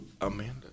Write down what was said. Amanda